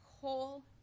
whole